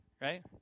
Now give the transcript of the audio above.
right